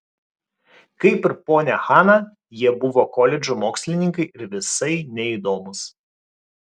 kaip ir ponia hana jie buvo koledžų mokslininkai ir visai neįdomūs